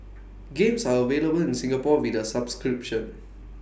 games are available in Singapore with A subscription